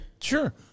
Sure